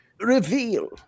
reveal